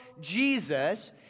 Jesus